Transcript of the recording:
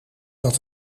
dat